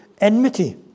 enmity